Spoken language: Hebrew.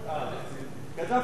קדאפי,